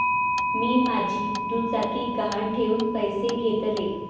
मी माझी दुचाकी गहाण ठेवून पैसे घेतले